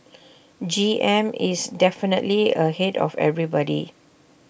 G M is definitely ahead of everybody